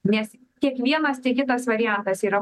nes kiekvienas tai kitas variantas yra